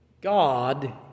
God